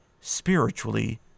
spiritually